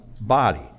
body